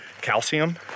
Calcium